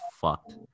fucked